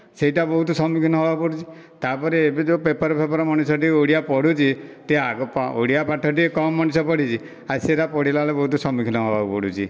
ସେଇଟା ବହୁତ ସମ୍ମୁଖୀନ ହେବାକୁ ପଡ଼ୁଛି ତାପରେ ଏବେ ଯେଉଁ ପେପର ଫେପର ମଣିଷଟିକେ ଓଡ଼ିଆ ପଢ଼ୁଛି ଟିକିଏ ଆଗ ଓଡ଼ିଆ ପାଠଟିକିଏ କମ ମଣିଷ ପଢ଼ିଛି ଆଉ ସେରା ପଢିଲା ବେଳେ ବହୁତ ସମ୍ମୁଖୀନ ହେବାକୁ ପଡ଼ୁଛି